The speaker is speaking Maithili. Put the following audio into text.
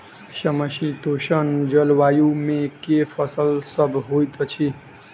समशीतोष्ण जलवायु मे केँ फसल सब होइत अछि?